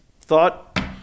Thought